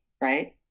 right